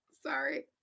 Sorry